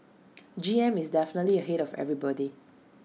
G M is definitely ahead of everybody